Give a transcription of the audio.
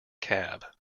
cab